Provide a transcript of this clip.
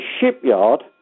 shipyard